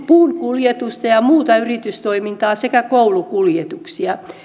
puunkuljetusta ja muuta yritystoimintaa sekä koulukuljetuksia